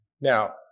Now